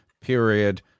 period